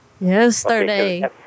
Yesterday